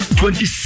twenty